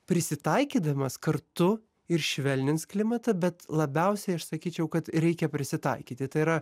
prisitaikydamas kartu ir švelnins klimatą bet labiausiai aš sakyčiau kad reikia prisitaikyti tai yra